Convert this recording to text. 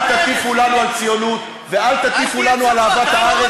אל תטיפו לנו על ציונות ואל תטיפו לנו על אהבת הארץ,